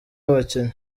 abakinnyi